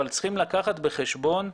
אבל צריכים לקחת בחשבון,